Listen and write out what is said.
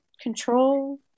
control